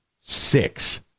six